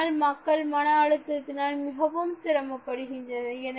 அதனால் மக்கள் மன அழுத்தத்தினால் மிகவும் சிரமப்படுகின்றனர்